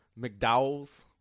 McDowell's